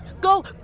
Go